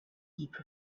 heap